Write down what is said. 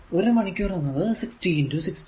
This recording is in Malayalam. ഒരു മണിക്കൂർ എന്നത് 60 60